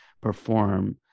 perform